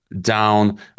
down